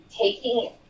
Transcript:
taking